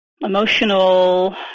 emotional